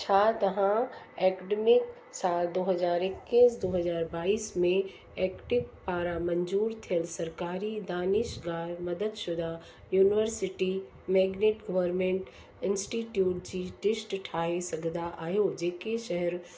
छा तव्हां एकडमिक साल दो हज़ार इकीस दो हज़ार बाइस में एक्टिक पारां मंज़ूर थियलु सरकारी दानिशगाह मददशुदा यूनिवर्सिटी मैग्नेट गवरमेंट इंस्टिट्यूट जी डिस्ट ठाहे सघंदा आहियो जेके शहर